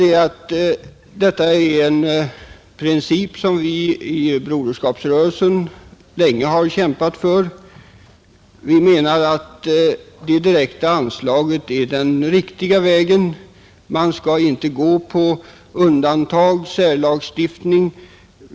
Det gäller här en princip som vi i Broderskapsrörelsen länge kämpat för. Vi menar att ett direkt anslag är den riktiga vägen och att man inte skall tillämpa undantag och särlagstiftning.